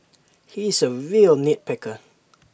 he is A real nit picker